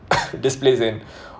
this place in